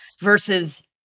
versus